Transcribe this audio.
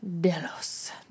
Delos